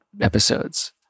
episodes